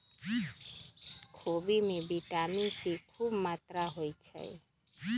खोबि में vitamin C खूब मत्रा होइ छइ